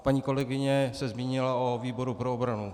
Paní kolegyně se zmínila o výboru pro obranu.